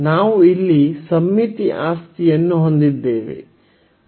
ನಾವು ಇಲ್ಲಿ ಸಮ್ಮಿತಿ ಆಸ್ತಿಯನ್ನು ಹೊಂದಿದ್ದೇವೆ